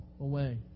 away